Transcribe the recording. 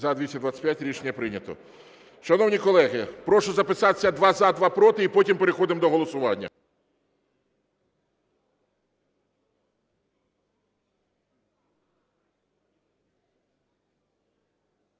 За-225 Рішення прийнято. Шановні колеги, прошу записатися: два – за, два – проти. І потім переходимо до голосування.